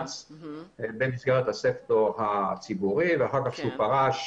במסגרת הסקטור הציבורי ואחר כך כשהוא פרש